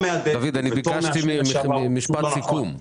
ביקשתי משפט סיכום.